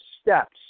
steps